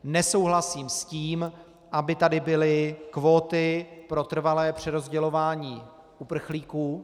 Nesouhlasím s tím, aby tady byly kvóty pro trvalé přerozdělování uprchlíků.